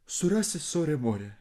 surasi sorę morę